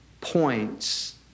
points